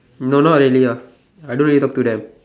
no no not really ah I don't really talk to them